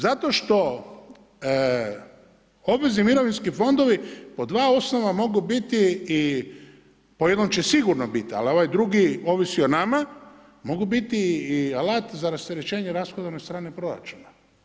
Zato što obvezni mirovinski fondovi po dva osnova mogu biti i po jednom će sigurno biti, ali ovaj drugi ovisi o nama, mogu biti i alat za rasterećenje rashodovne strane proračuna.